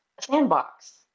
sandbox